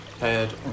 Head